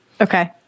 Okay